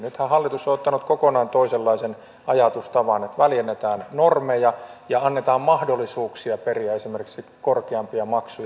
nythän hallitus on ottanut kokonaan toisenlaisen ajatustavan että väljennetään normeja ja annetaan mahdollisuuksia periä esimerkiksi korkeampia maksuja